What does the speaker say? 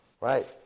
Right